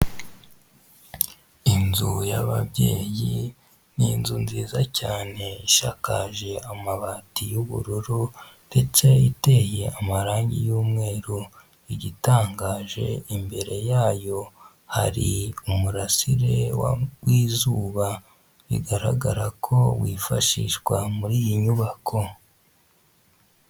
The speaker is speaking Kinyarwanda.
Inzu y'ababyeyi, ni inzu nziza cyane ishakaje amabati y'ubururu ndetse iteye amarangi y'umweru, igitangaje imbere yayo hari umurasire w'izuba bigaragara ko wifashishwa muri iyi nyubako.